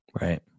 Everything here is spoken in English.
Right